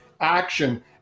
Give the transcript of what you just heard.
action